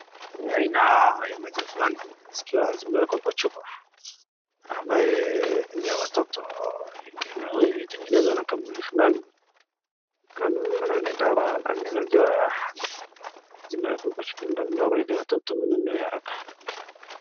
Ni aina ya maziwa fulani zikiwa zimewekwa kwa chupa ambaye ni ya watoto. Imetengenezwa na kampuni fulani, ni maziwa zimeekwa kwa chupa ndogondogo ili watoto wanunue haraka.